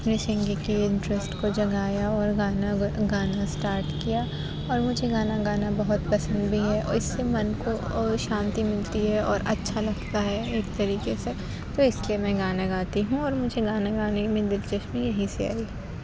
اپنی سنگنگ کی انٹرسٹ کو جگایا اور گانا گانا اسٹارٹ کیا اور مجھے گانا گانا بہت پسند بھی ہے اِس سے من کو اور شانتی ملتی ہے اور اچھا لگتا ہے ایک طریقے سے تو اِس لیے میں گانا گاتی ہوں اور مجھے گانا گانے میں دِلچسپی یہیں سے آئی